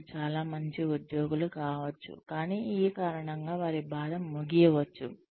వారు చాలా మంచి ఉద్యోగులు కావచ్చు కానీ ఈ కారణంగా వారి బాధ ముగియవచ్చు